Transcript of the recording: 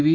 V